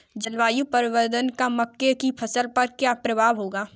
जलवायु परिवर्तन का मक्के की फसल पर क्या प्रभाव होगा?